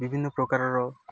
ବିଭିନ୍ନ ପ୍ରକାରର